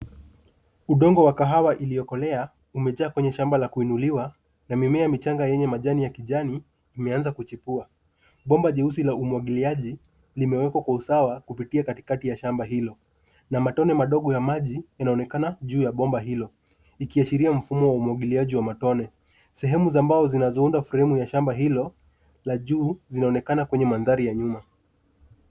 Udongo wa kahawa iliyokolea umejaa kwenye shamba la kuinuliwa na mimea michanga yenye majani ya kijani imeanza kuchipua. Bomba jeusi la umwagiliaji limewekwa kwa usawa kupitia katikati ya shamba hilo. Na matone madogo ya maji yanaonekana juu bomba hilo, ikiashiria mfumo wa umwagiliaji wa matone. Sehemu za mbao zinazounda fremu ya shamba hilo la juu zinaonekana kwenye mandhari ya nyuma.